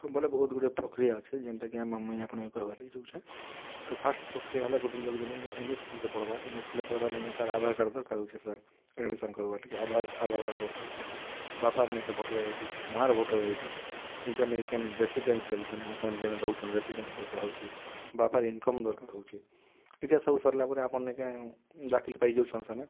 ବେଲେ ବହୁତ୍ ଗୁଡ଼େ ପକ୍ରିୟା ଅଛେ ଯେନ୍ଟା କି ମୁଇଁ ଆପଣ୍କେ କହେବାର୍ ଲାଗି ଯାଉଛେଁ ତ ଫାର୍ଷ୍ଟ୍ ପକ୍ରିୟା ହେଲା ଗୁଟେ ଲୋକ୍ ଯଦି ଏମ୍ ଇ ସ୍କୁଲ୍ନେ ପଢ଼୍ବା ଏମ୍ ଇ ସ୍କୁଲ୍ନେ ପଢ଼୍ବାର୍ ଲାଗି ତା'ର୍ ଆଧାର୍ କାର୍ଡ଼୍ ଦର୍କାର୍ ହେଉଛେ ସାର୍ ଆଡ଼ମିସିନ୍ କର୍ବାର୍ ଲାଗି ଆଧାର୍ କାର୍ଡ଼୍ ଦର୍କାର୍ ହେଉଛେ ବାପାର୍ ନି କାଏଁ ଭୋଟର୍ ଆଇ ଡ଼ି ମାଆର୍ ଭୋଟର୍ ଆଇ ଡ଼ି ନିଜର୍ ନାଁ କେ ରେସିଡ଼େନ୍ସିଆଲ୍ ଯେନେ ଆପଣ୍ ଯେନେ ରହୁଛନ୍ ରେସିଡ଼େନ୍ସିଆଲ୍ ଦର୍କାର୍ ହେଉଛେ ବାପାର୍ ଇନ୍କମ୍ ଦରକାର୍ ହେଉଛେ ଇ'ଟା ସବୁ ସର୍ଲା ପରେ ଆପଣ୍ ନାଇ କାଏଁ ଦାଖିଲ୍ ପାଇଯାଉଛନ୍ ସେନେ